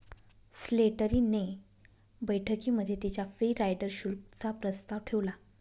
Slattery ने बैठकीमध्ये तिच्या फ्री राईडर शुल्क चा प्रस्ताव ठेवला